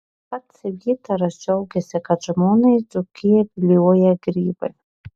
pats vytaras džiaugiasi kad žmoną į dzūkiją vilioja grybai